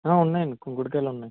ఉన్నాయి అండి కుంకుడుకాయలు ఉన్నాయి